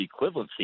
equivalency